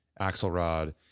Axelrod